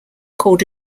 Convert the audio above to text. called